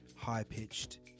high-pitched